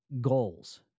goals